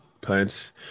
plants